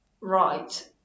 Right